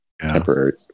temporary